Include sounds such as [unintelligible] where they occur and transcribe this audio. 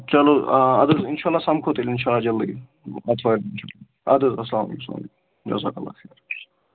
چلو اَدٕ حظ اِنشاء اللہ سَمکھو تیٚلہِ اِنشاء اللہ جلدی آتھوارِ اَدٕ حظ [unintelligible] جَذاک اللہ خیر